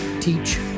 Teach